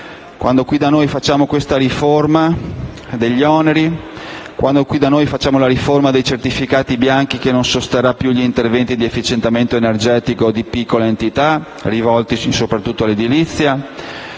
opposta: facciamo questa riforma degli oneri; facciamo la riforma dei certificati bianchi, che non sosterrà più gli interventi di efficientamento energetico di piccola entità, rivolti soprattutto all'edilizia;